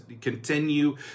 continue